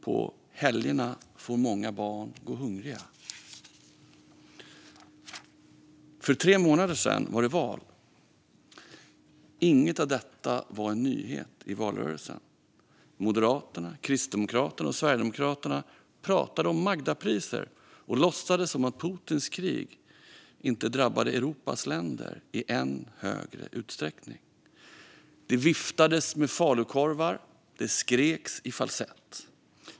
På helgerna får många barn gå hungriga. För tre månader sedan var det val. Inget av detta var en nyhet i valrörelsen. Moderaterna, Kristdemokraterna och Sverigedemokraterna pratade om Magdapriser och låtsades som att Putins krig inte drabbade Europas länder i någon större utsträckning. Det viftades med falukorvar. Det skreks i falsett.